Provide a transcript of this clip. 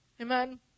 Amen